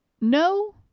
No